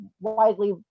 widely